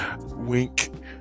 wink